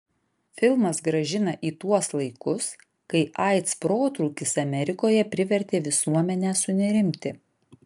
filmas grąžina į tuos laikus kai aids protrūkis amerikoje privertė visuomenę sunerimti